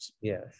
yes